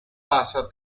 pasa